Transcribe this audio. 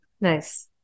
Nice